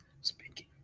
speaking